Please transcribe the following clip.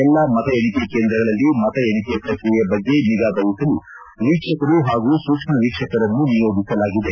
ಎಲ್ಲಾ ಮತ ಎಣಿಕೆ ಕೇಂದ್ರಗಳಲ್ಲಿ ಮತ ಎಣಿಕೆ ಪ್ರಕ್ರಿಯೆ ಬಗ್ಗೆ ನಿಗಾ ವಹಿಸಲು ವೀಕ್ಷಕರು ಹಾಗೂ ಸೂಕ್ಷ್ಮ ವೀಕ್ಷಕರನ್ನೂ ನಿಯೋಜಿಸಲಾಗಿದೆ